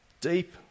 Deep